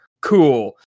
Cool